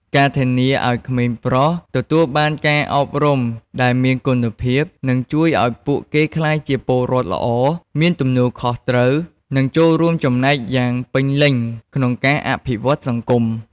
ការធានាឱ្យក្មេងប្រុសទទួលបានការអប់រំដែលមានគុណភាព នឹងជួយឱ្យពួកគេក្លាយជាពលរដ្ឋល្អ មានទំនួលខុសត្រូវ និងចូលរួមចំណែកយ៉ាងពេញលេញក្នុងការអភិវឌ្ឍសង្គម។